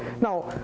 Now